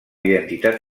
identitat